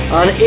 on